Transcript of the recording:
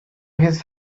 his